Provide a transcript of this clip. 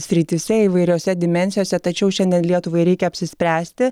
srityse įvairiose dimensijose tačiau šiandien lietuvai reikia apsispręsti